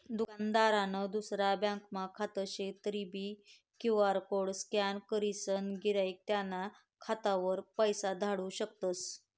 दुकानदारनं दुसरा ब्यांकमा खातं शे तरीबी क्यु.आर कोड स्कॅन करीसन गिराईक त्याना खातावर पैसा धाडू शकतस